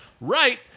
right